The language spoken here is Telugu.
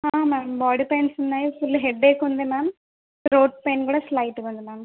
మ్యామ్ బాడీ పెయిన్స్ ఉన్నాయి ఫుల్ హెడ్ఏక్ ఉంది మ్యామ్ త్రోట్ పెయిన్ కూడా స్లైటుగా ఉంది మ్యామ్